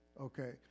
okay